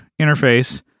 interface